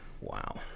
Wow